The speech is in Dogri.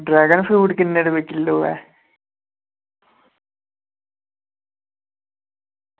ड्रैगन फ्रूट किन्ने रपेऽ किलो ऐ